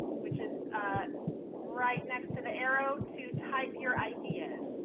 which is right next to the arrow, to type your ideas.